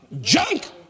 junk